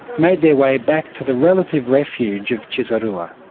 made their way back to the relative refuge of cisarua.